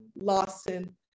Lawson